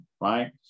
right